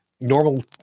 normal